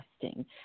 testing